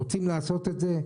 רוצים לעשות את זה,